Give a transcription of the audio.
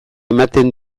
ematen